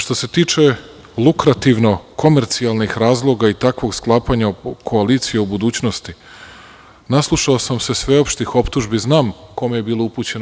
Što se tiče lukrativno komercijalnih razloga i takvog sklapanja koalicije u budućnosti, naslušao sam se sveopštih optužbi i znam kome je bilo upućeno.